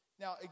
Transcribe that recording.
Now